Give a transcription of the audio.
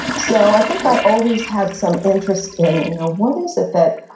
so i think i always had some interest in, you know what is it that